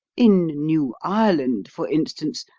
in new ireland, for instance,